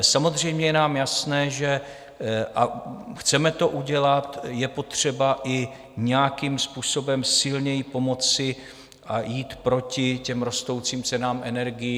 Samozřejmě je nám jasné, že a chceme to udělat je potřeba i nějakým způsobem silněji pomoci a jít proti rostoucím cenám energií.